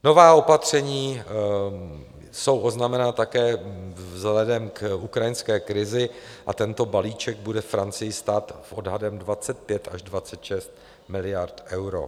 Nová opatření jsou oznámena také vzhledem k ukrajinské krizi a tento balíček bude Francii stát odhadem 25 až 26 miliard eur.